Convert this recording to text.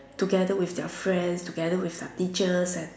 together with their friends together with their teachers and